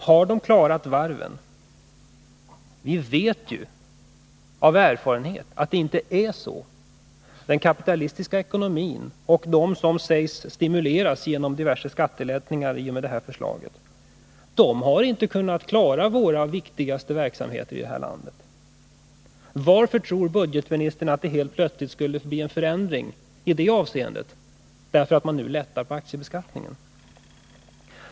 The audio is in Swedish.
Har de klarat varven? Vi vet ju av erfarenhet att det inte är så. Den kapitalistiska ekonomin och de som sägs stimuleras genom diverse skattelättnader i och med regeringens förslag har inte kunnat klara våra viktigaste verksamheter i det här landet. Varför tror budgetministern att det helt plötsligt skulle bli en förändring i det avseendet då man nu lättar på aktiebeskattningen?